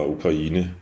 Ukraine